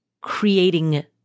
creating